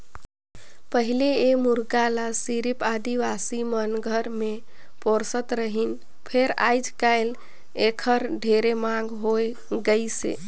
पहिले ए मुरगा ल सिरिफ आदिवासी मन घर मे पोसत रहिन फेर आयज कायल एखर ढेरे मांग होय गइसे